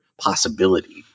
possibility